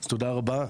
אז תודה רבה.